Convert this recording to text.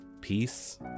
peace